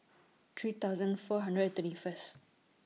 three thousand four hundred and twenty First